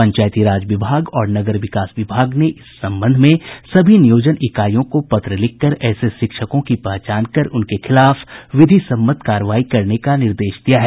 पंचायती राज विभाग और नगर विकास विभाग ने इस संबंध में सभी नियोजन इकाईयों को पत्र लिखकर ऐसे शिक्षकों की पहचान कर उनके खिलाफ विधिसम्मत कार्रवाई करने का निर्देश दिया है